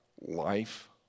life